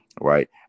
right